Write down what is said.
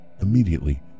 immediately